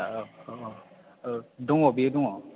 औ औ औ दङ बेयो दङ